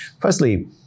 Firstly